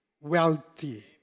wealthy